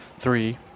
three